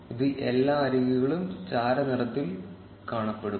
ഇത് എല്ലാ അരികുകളും ചാരനിറത്തിൽ കാണപ്പെടും